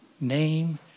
name